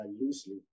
loosely